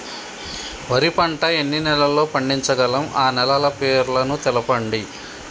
వరి పంట ఎన్ని నెలల్లో పండించగలం ఆ నెలల పేర్లను తెలుపండి?